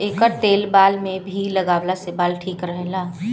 एकर तेल बाल में भी लगवला से बाल ठीक रहेला